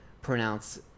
pronounce